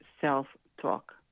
self-talk